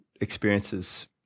experiences